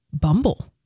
Bumble